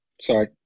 Sorry